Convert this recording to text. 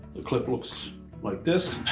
the clip looks like this.